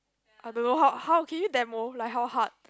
I don't know how how can you demo like how hard